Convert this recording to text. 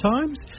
Times